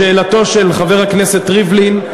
לשאלתו של חבר הכנסת ריבלין,